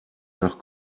nach